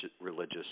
religious